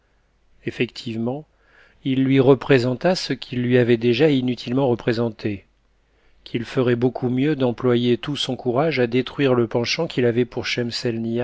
effectivement il lui représenta ce qu'il lui avait déjà inutilement représenté qu'il ferait beaucoup mieux d'employer tout son courage à détruire le penchant qu'il avait pour